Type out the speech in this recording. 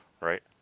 right